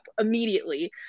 immediately